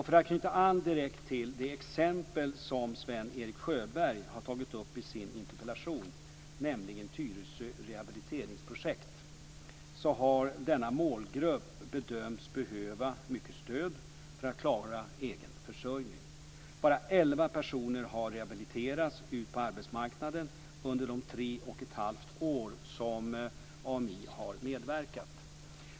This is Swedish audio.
För att knyta an direkt till det exempel som Sven Erik Sjöberg har tagit upp i sin interpellation, nämligen Tyresö rehabiliteringsprojekt, så har denna målgrupp bedömts behöva mycket stöd för att klara egen försörjning. Bara elva personer har rehabiliterats ut på arbetsmarknaden under de tre och ett halvt år som AMI har medverkat.